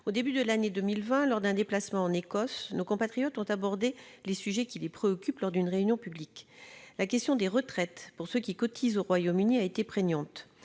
Au début de l'année 2020, lors d'un déplacement en Écosse, nos compatriotes ont abordé les sujets qui les préoccupent au cours d'une réunion publique. La question des retraites pour ceux qui cotisent au Royaume-Uni a été prégnante.